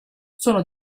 sono